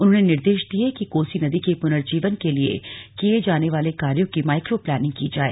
उन्होंने निर्देश दिये कि कोसी नदी के पुर्नजीवन के लिए किये जाने वाले कार्यों की माईक्रो प्लानिंग की जाए